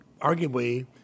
arguably